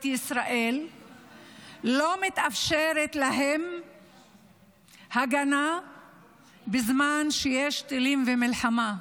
ישראל לא מתאפשרת הגנה בזמן שיש טילים ומלחמה?